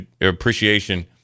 appreciation